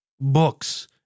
books